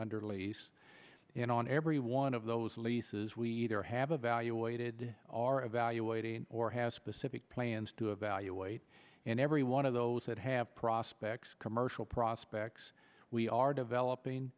under lease and on every one of those leases we either have evaluated our evaluating or have specific plans to evaluate and every one of those that have prospects commercial prospects we are developing